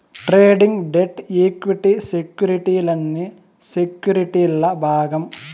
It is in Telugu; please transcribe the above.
ట్రేడింగ్, డెట్, ఈక్విటీ సెక్యుర్టీలన్నీ సెక్యుర్టీల్ల భాగం